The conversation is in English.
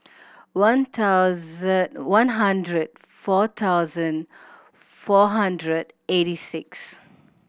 one thousand one hundred four thousand four hundred eighty six